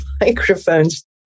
microphones